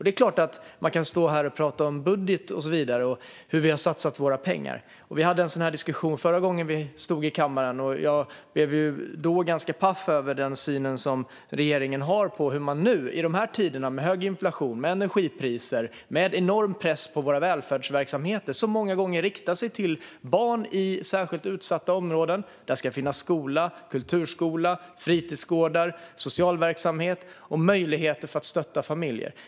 Det är klart att vi kan stå här och prata om budget och hur vi har satsat våra pengar. Vi hade en sådan diskussion förra gången vi stod i kammaren. Jag blev då ganska paff över den syn som regeringen har på det här nu, i de här tiderna med hög inflation och höga energipriser och en enorm press på välfärdsverksamheter som många gånger riktar sig till barn i särskilt utsatta områden. Där ska finnas skola, kulturskola, fritidsgårdar, social verksamhet och möjligheter att stötta familjer.